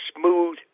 smooth